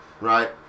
right